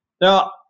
Now